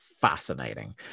fascinating